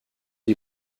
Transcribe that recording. die